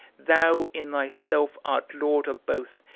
thou in thyself art lord of both,